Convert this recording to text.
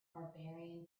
barbarian